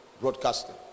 broadcasting